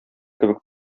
кебек